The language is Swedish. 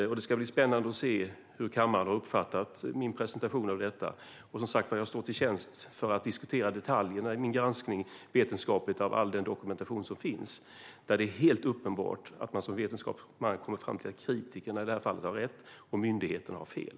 Det ska bli spännande att se hur kammaren har uppfattat min presentation. Jag står till tjänst för att diskutera detaljerna i min granskning vetenskapligt och all den dokumentation som finns. Det är helt uppenbart att en vetenskapsman kommer fram till att kritikerna har rätt och myndigheterna har fel.